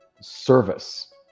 service